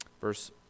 Verse